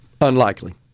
Unlikely